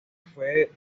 fue